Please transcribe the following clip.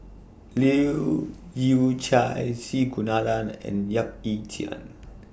Leu Yew Chye C Kunalan and Yap Ee Chian